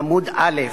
עמוד א',